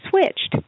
switched